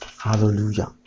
hallelujah